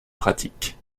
pratique